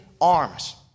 arms